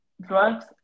drugs